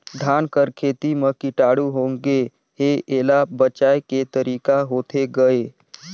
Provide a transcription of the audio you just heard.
धान कर खेती म कीटाणु होगे हे एला बचाय के तरीका होथे गए?